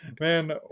Man